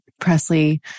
Presley